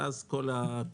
ואז כל הפירוט.